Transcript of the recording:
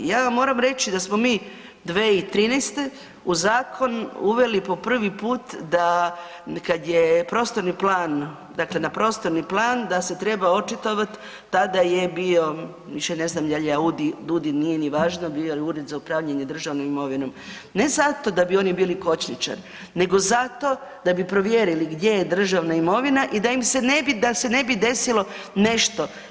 Ja vam moram reći da smo mi 2013. u zakon uveli po prvi put da kad je prostorni plan, dakle na prostorni plan da se treba očitovati tada je bio više ne znam jel je AUDI, DUDI nije ni važno bio je Ured za upravljanje državnom imovinom, ne zato da bi oni bili kočničar nego zato da bi provjerili gdje je državna imovina i da im se ne bi, da se ne bi desilo nešto.